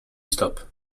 stop